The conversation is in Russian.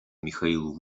михаил